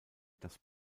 dass